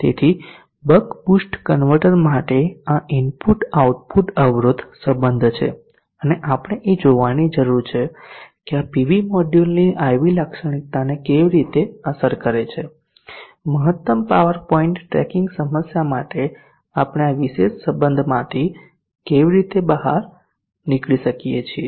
તેથી buck boost converter માટે આ ઇનપુટ આઉટપુટ અવરોધ સંબધ છે અને આપણે એ જોવાની જરૂર છે કે આ પીવી મોડ્યુલની IV લાક્ષણિકતાને કેવી રીતે અસર કરે છે અને મહત્તમ પાવર પોઇન્ટ ટ્રેકિંગ સમસ્યા માટે આપણે આ વિશેષ સંબધમાંથી કેવી રીતે બહાર નીકળી શકીએ છીએ